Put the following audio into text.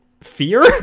fear